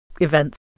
events